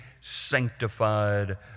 sanctified